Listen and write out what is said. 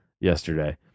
yesterday